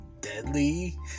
deadly